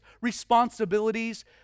responsibilities